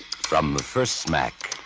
from the first smack,